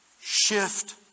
Shift